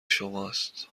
شماست